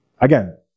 Again